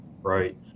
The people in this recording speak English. right